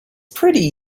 pretty